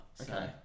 Okay